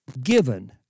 given